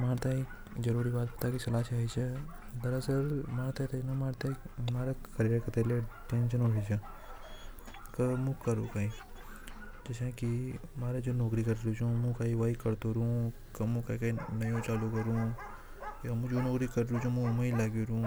मरहरा ए म्हारा करियर की टेंशन हो रि च मु झा जॉब। करत तो रु या कुछ न्यू चलो करु या मु जो नौकरी कार्यों मु उम्र हो लागो रो